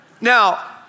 Now